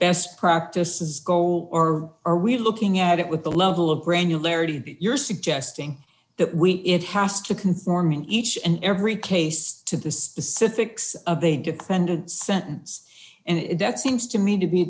best practices goal or are we looking at it with a level of granularity you're suggesting that we it has to conform each and every case to the specifics of the dependent sentence and that seems to me to be